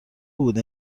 بود